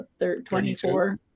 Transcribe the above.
24